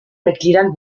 mitgliedern